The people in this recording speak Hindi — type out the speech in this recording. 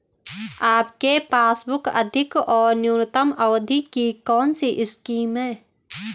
आपके पासबुक अधिक और न्यूनतम अवधि की कौनसी स्कीम है?